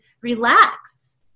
relax